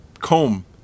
comb